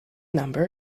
number